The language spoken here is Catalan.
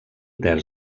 terç